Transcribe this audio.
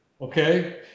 okay